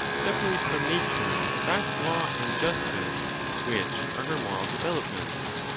separate from nature that law and justice which are her moral developments?